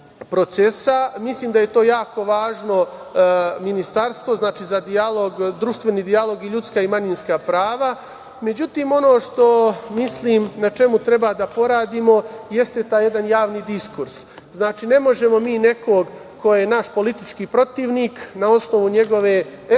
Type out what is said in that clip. mislim da je to jako važno ministarstvo, znači, za društveni dijalog i ljudska i manjinska prava. Međutim, ono što mislim na čemu treba da poradimo jeste taj jedan javni diskurs. Znači, ne možemo mi nekog ko je naš politički protivnik na osnovu njegove etničke